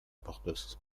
porthos